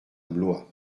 blois